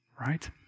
right